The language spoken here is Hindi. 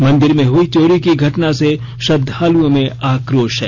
मंदिर में हई चोरी की घटना से श्रद्वालुओं में आक्रोश है